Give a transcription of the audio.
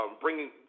bringing